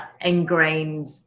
ingrained